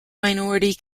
minority